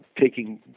taking